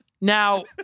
Now